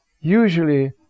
usually